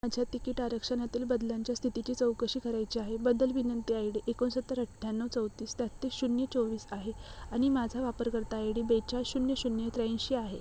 माझ्या तिकिट आरक्षणातील बदलांच्या स्थितीची चौकशी करायची आहे बदल विनंती आय डी एकोणसत्तर अठ्याण्णव चौतीस तेहतीस शून्य चोवीस आहे आणि माझा वापरकर्ता आय डी बेचाळीस शून्य शून्य त्र्याऐंशी आहे